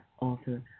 author